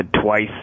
twice